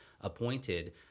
appointed